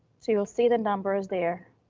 so you'll see the numbers there,